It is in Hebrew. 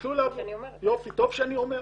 טוב שאני אומר.